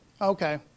Okay